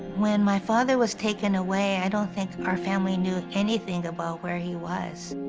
when my father was taken away, i don't think our family knew anything about where he was.